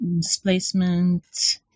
displacement